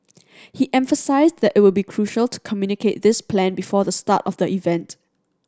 he emphasised that it would be crucial to communicate this plan before the start of the event